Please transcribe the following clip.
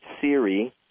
Siri